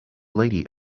lady